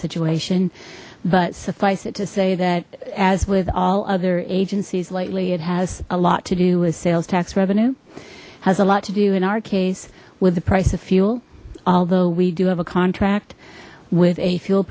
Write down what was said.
situation but suffice it to say that as with all other agencies lately it has a lot to do with sales tax revenue has a lot to do in our case with the price of fuel although we do have a contract with a fuel